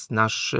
nasz